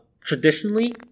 traditionally